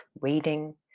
reading